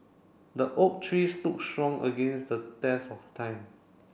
the oak tree stood strong against the test of time